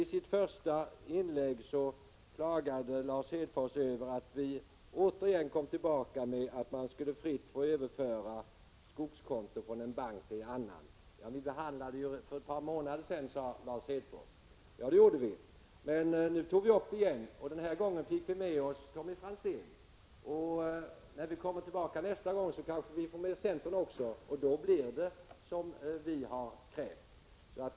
I sitt första inlägg klagade Lars Hedfors över att vi återigen kommer tillbaka med förslaget att man skulle fritt få överföra skogskonto från en bank till en annan. Vi behandlade den frågan för ett par månader sedan, sade Lars Hedfors. Ja, det gjorde vi. Men nu tog jag upp tanken igen, och den här gången fick vi med oss Tommy Franzén. När vi kommer tillbaka nästa gång kanske vi får med oss centern också. Och då blir det som vi har krävt.